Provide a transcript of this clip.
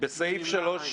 בסעיף 2(א)(3)(א)